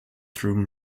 through